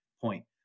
point